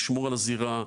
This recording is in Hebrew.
לשמור על הזירה.